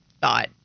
thought